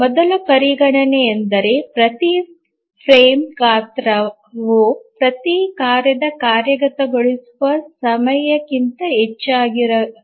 ಮೊದಲ ಪರಿಗಣನೆಯೆಂದರೆ ಪ್ರತಿ ಫ್ರೇಮ್ ಗಾತ್ರವು ಪ್ರತಿ ಕಾರ್ಯದ ಕಾರ್ಯಗತಗೊಳಿಸುವ ಸಮಯಕ್ಕಿಂತ ದೊಡ್ಡದಾಗಿರಬೇಕು